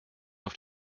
auf